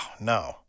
no